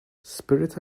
spirit